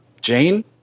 Jane